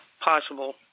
possible